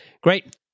great